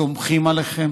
סומכים עליכם